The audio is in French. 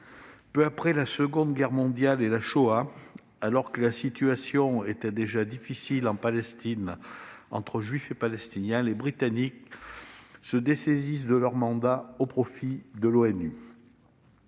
Peu après la Seconde Guerre mondiale et la Shoah, alors que la situation est déjà difficile en Palestine entre Juifs et Palestiniens, les Britanniques se dessaisissent de leur mandat au profit de